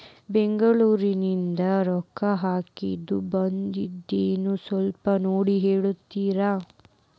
ಬೆಂಗ್ಳೂರಿಂದ ರೊಕ್ಕ ಹಾಕ್ಕಿದ್ದು ಬಂದದೇನೊ ಸ್ವಲ್ಪ ನೋಡಿ ಹೇಳ್ತೇರ?